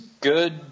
good